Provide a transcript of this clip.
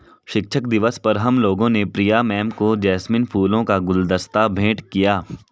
शिक्षक दिवस पर हम लोगों ने प्रिया मैम को जैस्मिन फूलों का गुलदस्ता भेंट किया